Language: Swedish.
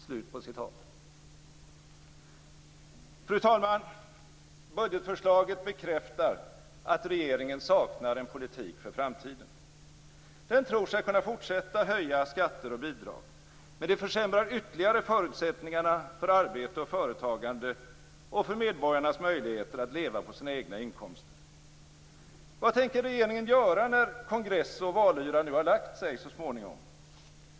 Fru talman! Budgetförslaget bekräftar att regeringen saknar en politik för framtiden. Den tror sig kunna fortsätta att höja skatter och bidrag. Men det försämrar ytterligare förutsättningarna för arbete och företagande och för medborgarnas möjligheter att leva på sina egna inkomster. Vad tänker regeringen göra när kongress och valyran har lagt sig så småningom?